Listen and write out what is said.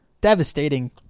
Devastating